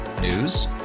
News